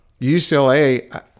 UCLA